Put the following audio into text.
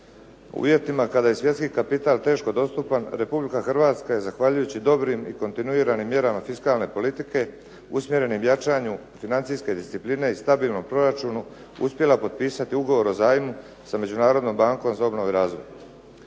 U uvjetima kada je svjetski kapital teško dostupan Republika Hrvatska je zahvaljujući dobrim i kontinuiranim mjerama fiskalne politike usmjerenim jačanju financijske discipline i stabilnom proračunu uspjela potpisati ugovor o zajmu sa Međunarodnom bankom za obnovu i razvoj.